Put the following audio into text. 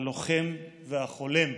הלוחם והחולם,